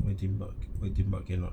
why tembak why tembak cannot